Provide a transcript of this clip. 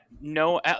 no